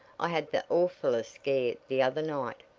i had the awfullest scare the other night.